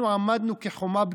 אנחנו עמדנו כחומה בצורה,